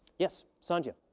yes, sandhya.